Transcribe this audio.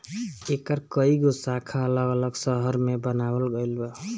एकर कई गो शाखा अलग अलग शहर में बनावल गईल बा